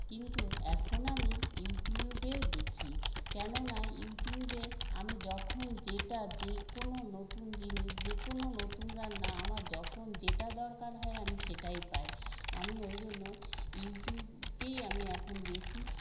কিন্তু এখন আমি ইউটিউবে দেখি কেননা ইউটিউবে আমি যখন যেটা যে কোনো নতুন জিনিস যে কোনো নতুন রান্না আমার যখন যেটা দরকার হয় আমি সেটাই পাই আমি ওইজন্য ইউটিউবকেই আমি এখন বেশী